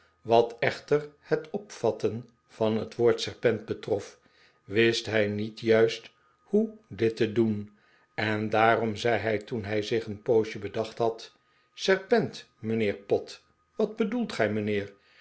wat echter het opvatten van het woord serpent betrof wist hij niet juist hoe dit te doen en daarom zei hij toen hij zich een poosje bedacht had serpent mijnheer pott wat bedoelt gij mijnheer